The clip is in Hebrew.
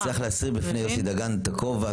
צריך להסיר בפני יוסי דגן את הכובע.